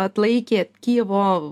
atlaikė kijevo